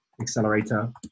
Accelerator